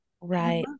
Right